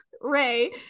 Ray